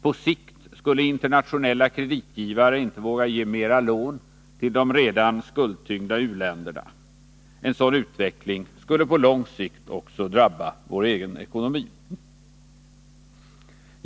På sikt skulle internationella kreditgivare inte våga ge mera lån till de redan skuldtyngda u-länderna. En sådan utveckling skulle på lång sikt också drabba vår egen ekonomi.